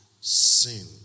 sin